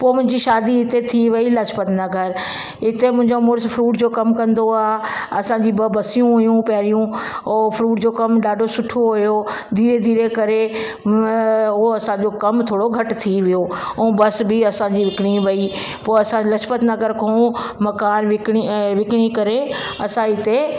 पोइ मुंहिंजी शादी हिते थी वई लाजपत नगर हिते मुंहिंजो मुड़ुसु फ्रूट जो कमु कंदो आहे असांजी ॿ बसियूं हुयूं पहिरियों उहो फ्रूट जो कमु ॾाढो सुठो हुओ धीरे धीरे करे उहा असांजो कमु थोड़ो घटि थी वियो ऐं बस बि असांजी विकणी वई पोइ असां लाजपत नगर खां मकान विकणी ऐं इहे विकणी करे असां हिते